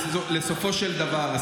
בסופו של דבר,